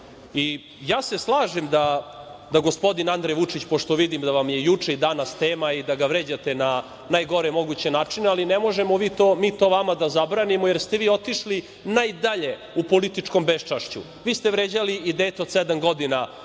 se slažem da gospodin Andrej Vučić, pošto vidim da vam je juče i danas tema i da ga vređate na najgore moguće načine, ali ne možemo mi to vama da zabranimo, jer ste vi otišli najdalje u političkom beščašću. Vi ste vređali i dete od sedam godina